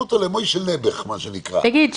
--- תגיד,